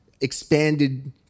expanded